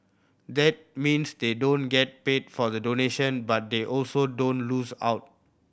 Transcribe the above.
that means they don't get paid for the donation but they also don't lose out